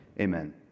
amen